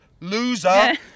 loser